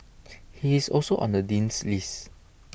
he is also on the Dean's list